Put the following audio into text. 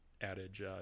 adage